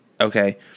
Okay